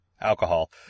alcohol